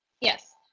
Yes